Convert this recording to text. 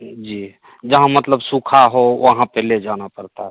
जी जहाँ मतलब सूखा हो वहाँ पर ले जाना पड़ता है